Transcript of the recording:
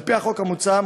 על-פי החוק המוצע,